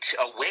away